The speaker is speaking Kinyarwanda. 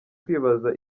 kwibaza